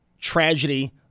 tragedy